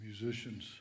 Musicians